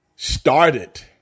Started